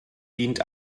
dient